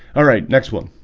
all right next one